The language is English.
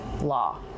law